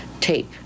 tape